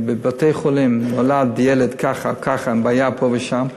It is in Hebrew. בבית-חולים נולד ילד עם בעיה פה ושם,